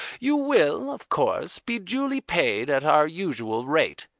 you will, of course, be duly paid at our usual rate.